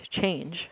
change